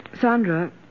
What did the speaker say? Sandra